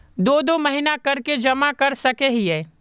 दो दो महीना कर के जमा कर सके हिये?